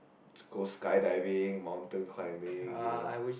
go skydiving mountain climbing you know